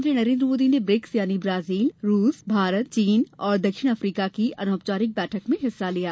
प्रधानमंत्री नरेन्द्र मोदी ने ब्रिक्स यानी ब्राजील रूस भारत चीन और दक्षिण अफ्रीका की अनौपचारिक बैठक में हिस्सा लिया